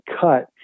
cut